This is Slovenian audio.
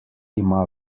ima